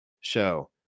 show